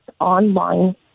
online